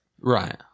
Right